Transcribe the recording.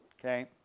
Okay